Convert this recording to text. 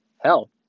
hell